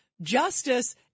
Justice